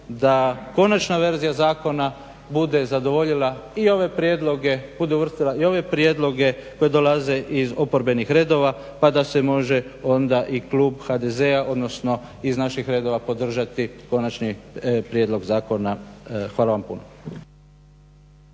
da konačna verzija zakona bude zadovoljila i ove prijedloge, bude uvrstila i ove prijedloge koji dolaze iz oporbenih redova pa da se može onda i klub HDZ-a odnosno iz naših redova podržati konačni prijedlog zakona. Hvala vam puno.